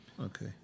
Okay